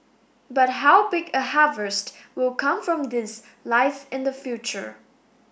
but how big a harvest will come from this lies in the future